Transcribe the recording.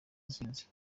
ntsinzi